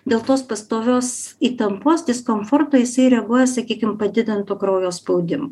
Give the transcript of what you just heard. dėl tos pastovios įtampos diskomforto jisai reaguoja sakykim padidintu kraujo spaudimu